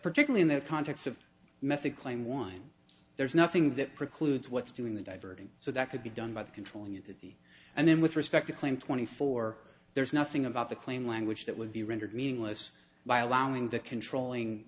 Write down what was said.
particularly in the context of method claim one there's nothing that precludes what's doing the diverting so that could be done by controlling it that the and then with respect to claim twenty four there's nothing about the claim language that would be rendered meaningless by allowing the controlling